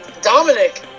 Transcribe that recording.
Dominic